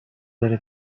داره